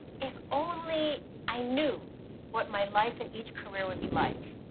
if only i knew what my life in each career would be like.